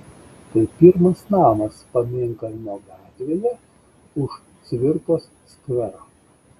tai pirmas namas pamėnkalnio gatvėje už cvirkos skvero